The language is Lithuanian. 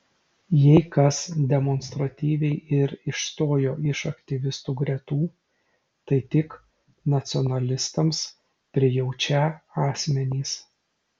jei kas demonstratyviai ir išstojo iš aktyvistų gretų tai tik nacionalistams prijaučią asmenys